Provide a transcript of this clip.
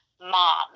mom